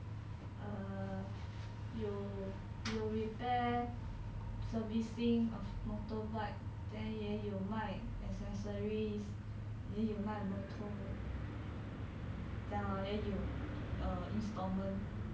err 有有 repair servicing of motorbike then 也有卖 accessories 也有卖 motor 的也有 err installment